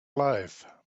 life